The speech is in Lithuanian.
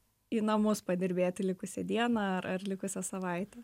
į namus padirbėti likusią dieną ar ar likusią savaitę